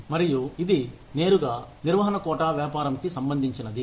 మరియు ఇది నేరుగా నిర్వహణ కోటా వ్యాపారంకి సంబంధించినది